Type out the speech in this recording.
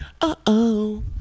Uh-oh